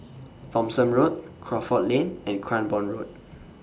Thomson Road Crawford Lane and Cranborne Road